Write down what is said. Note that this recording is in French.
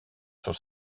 sur